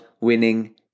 winning